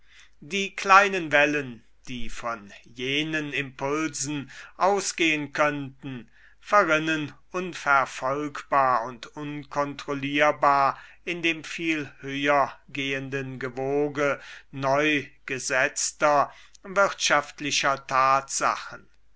die kleinen wellen die von jenen impulsen ausgehen könnten verrinnen unverfolgbar und unkontrollierbar in dem viel höher gehenden gewoge neu gesetzter wirtschaftlicher tatsachen